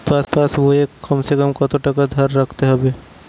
পাশ বইয়ে কমসেকম কত টাকা জমা রাখতে হবে?